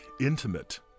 intimate